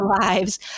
lives